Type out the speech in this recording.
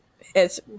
It's-